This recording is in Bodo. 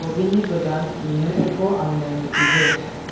प्नबिननि गोदान इमेलफोरखौ आंनो मिथिहो